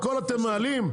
הכול אתם מעלים,